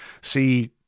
see